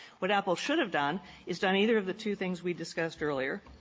what apple should have done is done either of the two things we discussed earlier,